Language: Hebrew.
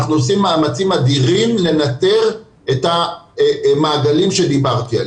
אנחנו עושים מאמצים אדירים לנטר את המעגלים שדיברתי עליהם.